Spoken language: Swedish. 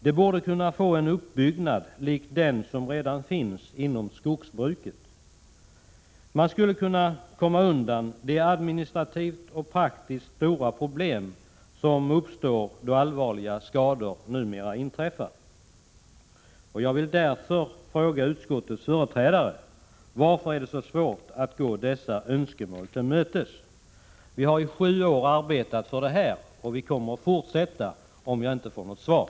Det borde kunna få en uppbyggnad liknande det konto som redan finns inom skogsbruket. Det skulle gå att komma undan de stora problem, både administrativa och praktiska, som numera uppstår då skador inträffar. Jag vill därför fråga utskottets företrädare: Varför är det så svårt att gå dessa önskemål till mötes? Vi har arbetat för detta krav i sju år, och vi kommer att fortsätta om jag inte får något svar.